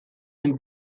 den